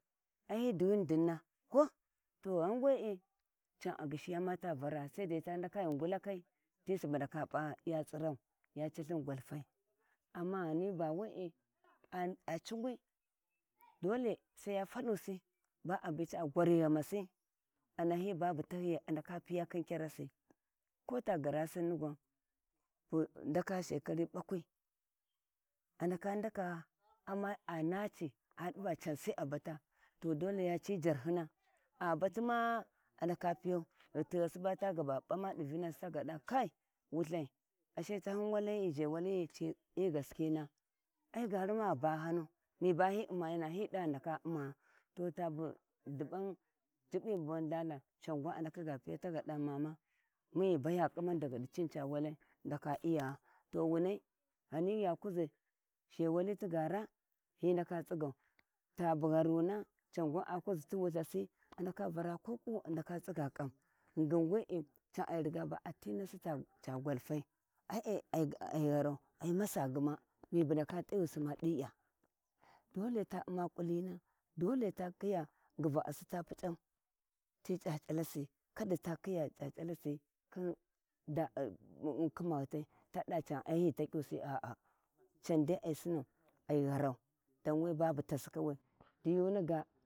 Ai hi diyumi dinna ko to ghan wee can a gyishiya ma ta vara saidai ta ndaka ghi ngullakai ,ti subu niya pa ya tsirau ya calhi gwalfai, amma ghan ba wee a caugwi dolle sai ya fallusi ba a biti agwari ghanmasi a nahi babu tahiyai a ndaka piya khin kyaresi, kota garasinni gwa bu ndaka shekarai ɓakwi a ndaka ndaka amma a naci a diva sai a bata, to dole ya ci jarhin a a batima a ndaka piyau ghi tighasi ba a ndaka b’amadi vinasita dava kai ashe fahu walai zhewali ci hi gskina, ai gani ma ghi bahanu miba hi gaskina, ai gani ma ghi bahanu miba hi ungunaa hi dava ghi ndaka umaa to bu dubba jiɓɓi boni lthaltha can gwan a ndaka ga piyau ta dava mama, mun gwau ghi baga ƙimami di lini ca walai ghi ndaka iya to wuna ya kuʒi zhewali ta gara hi ndaka tsigau tabu gharuna, ca gwan a kuʒi zhewali ti wulthasi cangwan ndaka vara ko ƙuwi a ndaka tsiga ƙau ghingin wee can ariga ba a ti tassi ca gwatai ai gharau ai masa gma mibu ndaka t’ayusi ma diga dole ta un ƙulina dole ta khiya nguva’asi ta puc’au ti e’a c’alsi kada ta khuya c’ac’alasi khin khihitai to dava ai li takyausi can dai ai sinau ai gharau can dai bu tasi kawai diyuniga.